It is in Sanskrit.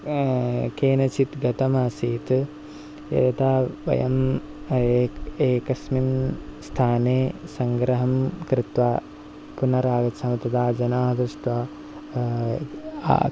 केनचित् गतमासीत् यदा वयं ए एकस्मिन् स्थाने सङ्ग्रहं कृत्वा पुनरागच्छामः तदा जनाः दृष्ट्वा